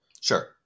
Sure